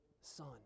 Son